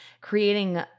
creating